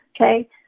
okay